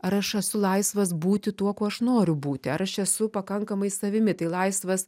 ar aš esu laisvas būti tuo kuo aš noriu būti ar aš esu pakankamai savimi tai laisvas